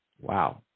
wow